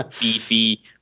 beefy